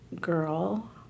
girl